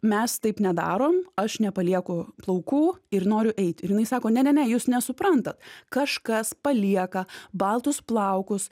mes taip nedarom aš nepalieku plaukų ir noriu eit ir jinai sako ne ne ne jūs nesuprantat kažkas palieka baltus plaukus